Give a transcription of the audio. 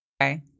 Okay